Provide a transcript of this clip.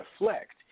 reflect